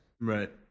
Right